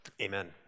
amen